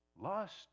Lust